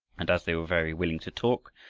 and as they were very willing to talk,